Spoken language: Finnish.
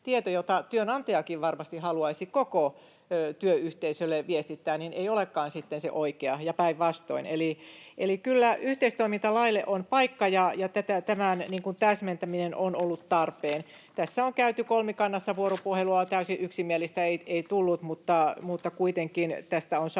jota työnantajakin varmasti haluaisi koko työyhteisölle viestittää, ei olekaan sitten se oikea, ja päinvastoin. Eli kyllä yhteistoimintalaille on paikkansa ja sen täsmentäminen on ollut tarpeen. Tässä on käyty kolmikannassa vuoropuhelua, ja täysin yksimielistä siitä ei tullut, mutta kuitenkin tästä on saatu